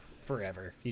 Forever